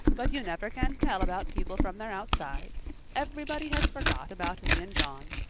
but you never can tell about people from their outsides. everybody has forgot about me and john.